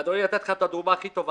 ואדוני, נתתי לך את הדוגמה הכי טובה.